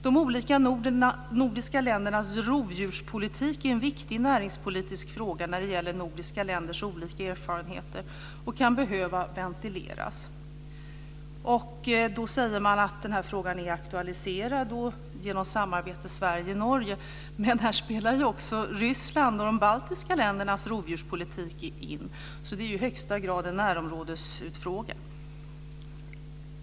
De olika nordiska ländernas rovdjurspolitik är en viktig näringspolitisk fråga när det gäller nordiska länders olika erfarenheter, och den kan behöva ventileras. Man säger att den här frågan är aktualiserad genom samarbetet mellan Sverige och Norge. Men här spelar ju också Ryssland och de baltiska ländernas rovdjurspolitik in. Det är i högsta grad än närområdesfråga.